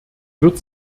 wird